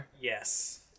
Yes